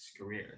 career